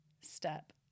step